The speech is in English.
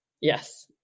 Yes